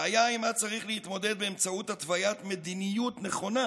בעיה שעימה צריך להתמודד באמצעות התוויית מדיניות נכונה